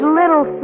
little